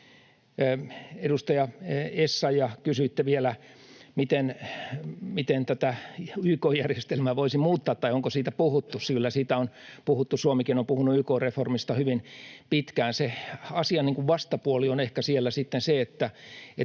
Edustaja Essayah, kysyitte vielä, miten YK-järjestelmää voisi muuttaa tai onko siitä puhuttu: Kyllä siitä on puhuttu, Suomikin on puhunut YK-reformista hyvin pitkään. Sen asian niin kuin vastapuoli on ehkä siellä